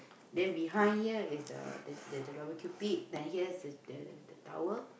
then behind here you have the the the the barbecue pit then here the the the tower